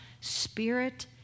spirit